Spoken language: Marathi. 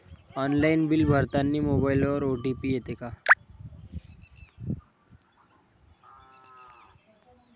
ऑनलाईन बिल भरतानी मोबाईलवर ओ.टी.पी येते का?